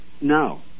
no